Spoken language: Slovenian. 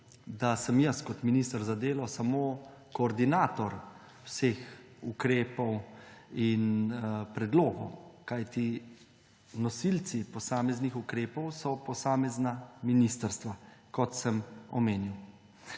da sem jaz kot minister za delo samo koordinator vseh ukrepov in predlogov, kajti nosilci posameznih ukrepov so posamezna ministrstva, kot sem omenil.